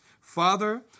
Father